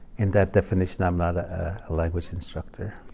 in that definition, i'm not a language instructor.